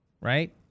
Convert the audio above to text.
Right